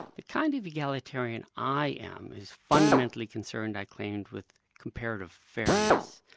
the kind of egalitarian i am is fundamentally concerned i claimed with comparative fairness.